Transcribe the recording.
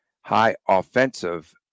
high-offensive